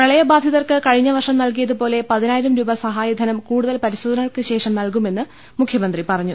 പ്രളയബാധിതർക്ക് കഴിഞ്ഞവർഷം നൽകിയതുപോലെ പതിനായിരം രൂപ സഹായധനം കൂടുതൽ പരി ശോധനകൾക്ക് ശേഷം നൽകുമെന്ന് മുഖ്യമന്ത്രി പറഞ്ഞു